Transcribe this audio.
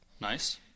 nice